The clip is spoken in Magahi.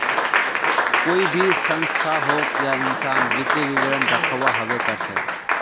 कोई भी संस्था होक या इंसान वित्तीय विवरण दखव्वा हबे कर छेक